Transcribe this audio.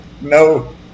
No